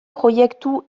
proiektu